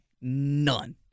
None